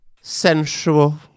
sensual